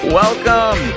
welcome